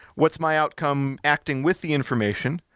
what's my outcome acting with the information,